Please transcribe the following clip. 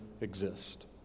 exist